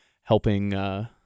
helping